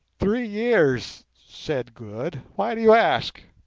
three years said good. why do you ask